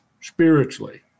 spiritually